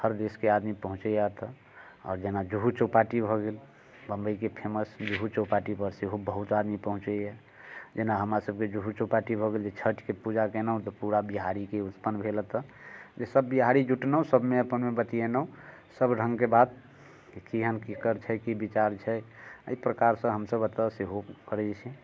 हर देशके आदमी पहुँचैया एतऽ आओर जेना जूहू चौपाटी भऽ गेल बंबइके फेमस जूहू चौपाटी पर सेहो बहुत आदमी पहुँचैया जेना हमरा सबके जूहू चौपाटी भऽ गेलै जे छठिके पूजा केलहुँ तऽ पूरा बिहारीके भेल एतऽ से सब बिहारी जुटलहुँ सबमे अपनमे बतियेलहुँ सब रङ्गके बात की केहन केकर छै की विचार छै एहि प्रकारसँ हमसब एतऽ सेहो करैत छी